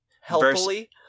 Helpfully